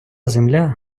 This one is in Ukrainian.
земля